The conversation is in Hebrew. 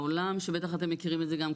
העולם שבטח אתם מכירים את זה גם,